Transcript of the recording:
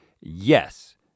yes